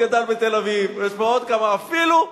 גם מוץ גדל בתל-אביב, יש פה עוד כמה, אפילו,